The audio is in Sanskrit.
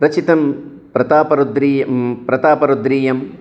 रचितं प्रतापरुद्रीयं प्रतापरुद्रीयम्